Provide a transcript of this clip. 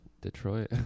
Detroit